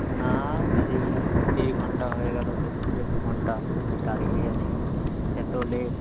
না সেই দেড় ঘন্টা হয়ে গেল দেড় থেকে দু ঘন্টা সেই দাঁড়িয়ে আছি এতো লেট